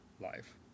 life